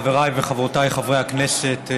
חבריי וחברותיי חברי הכנסת,